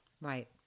Right